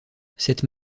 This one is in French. cette